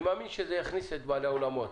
אני מאמין שזה יכניס את בעלי האולמות